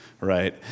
right